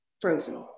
Frozen